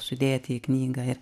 sudėti į knygą ir